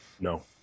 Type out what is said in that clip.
No